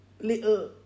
little